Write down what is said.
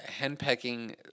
henpecking